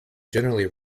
generally